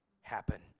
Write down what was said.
happen